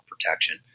protection